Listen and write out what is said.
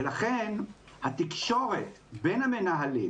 ולכן התקשורת בין המנהלים